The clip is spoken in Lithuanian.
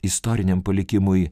istoriniam palikimui